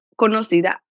conocida